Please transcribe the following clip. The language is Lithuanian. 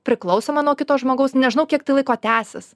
priklausoma nuo kito žmogaus nežinau kiek tai laiko tęsis